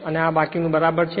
અને બાકીનું તે બરાબર છે